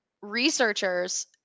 researchers